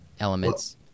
elements